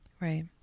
Right